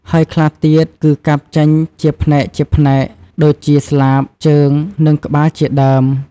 ហើយខ្លះទៀតគឺកាប់ចេញជាផ្នែកៗ ដូចជាស្លាប ជើង និងក្បាលជាដើម។